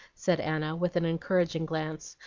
said anna, with an encouraging glance,